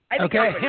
Okay